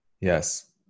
Yes